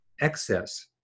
excess